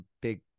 big